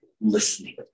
listening